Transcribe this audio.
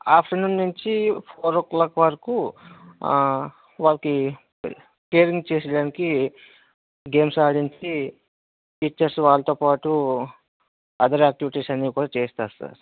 after noon నుంచి four o'clock వరకు వాళ్ళకి కేరింగ్ చేసేయటానికి గేమ్స్ ఆడించి టీచర్స్ వాళ్ళతో పాటు అదర్ ఆక్టివిటీస్ అన్నీ కూడా చేయిస్తారు సార్